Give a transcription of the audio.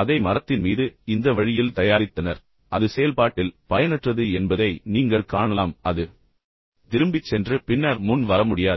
அதை மரத்தின் மீது இந்த வழியில் தயாரித்தனர் ஆனால் அது செயல்பாட்டில் பயனற்றது என்பதை நீங்கள் காணலாம் அது திரும்பிச் சென்று பின்னர் முன் வர முடியாது